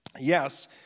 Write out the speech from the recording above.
Yes